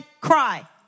cry